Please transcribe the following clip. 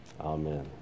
Amen